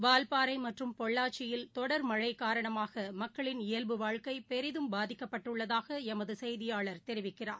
வால்பாறைமற்றும் பொள்ளாச்சியில் தொடர்மழைகாரணமாகமக்களின் இயல்பு வாழ்க்கைபெரிதும் பாதிக்கப்பட்டுள்ளதாகஎமதுசெய்தியாளர் தெரிவிக்கிறார்